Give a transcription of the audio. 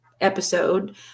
episode